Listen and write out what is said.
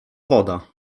woda